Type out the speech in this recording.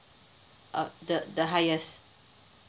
uh the the highest